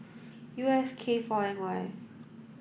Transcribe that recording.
U S K four N Y